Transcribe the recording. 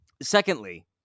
Secondly